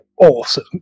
awesome